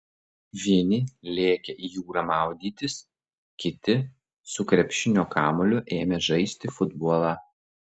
vieni lėkė į jūrą maudytis kiti su krepšinio kamuoliu ėmė žaisti futbolą